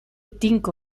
tinko